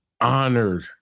honored